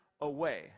away